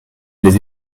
les